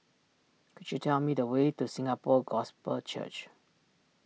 could you tell me the way to Singapore Gospel Church